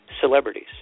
celebrities